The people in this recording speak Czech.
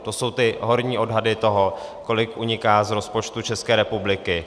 To jsou ty horní odhady toho, kolik uniká z rozpočtu České republiky.